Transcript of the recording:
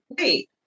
wait